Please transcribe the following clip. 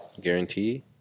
guarantee